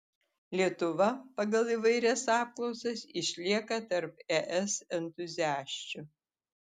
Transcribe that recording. lietuva pagal įvairias apklausas išlieka tarp es entuziasčių